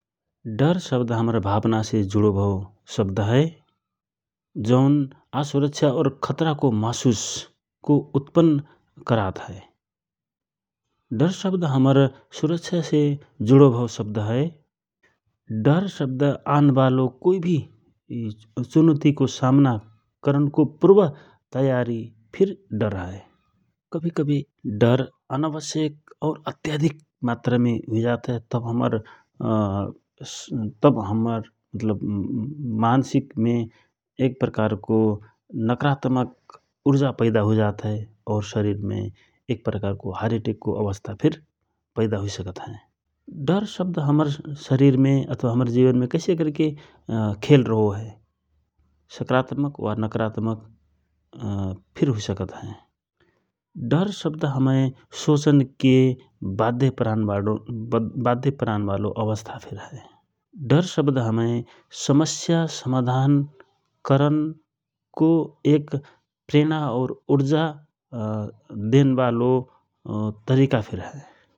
डर शब्द हमर भावना से जुडो भव शब्द हए जौन आशुरक्षा और खतराको महसुसको उत्पन्न करात हए । डर शब्द हमर सुरक्षासे जुडो भव शब्द हए डर शब्द आनवालो कोइ भि चुनौतिको समाना करनको पुर्व तयारी फिर डर हए । कभि कभि डर अनआवश्यक और अत्याधिक मात्रमे हुइजात हए तव हमर मान्सिकमे एक प्रकारको नाकारात्मक उर्जा पैदा हुइजात हए । और शरिरमे एक प्रकारको हाडएटेकको आवस्था फिर पैदा हुइ सकत हए । डर शब्द हमर शरिरमे अथवा हमर जिवनमे कैसे करके खेल रहो हए सकारात्मक वा नाकारात्मक फिर हुइसकत हए । डर शब्द हमके सोचनके बध्य पारनबालो आवस्था फिर हए । डर शब्द हमय समस्या समाधान करनको एक प्रेणा और उर्जा देनबालो तरिका फिर हए ।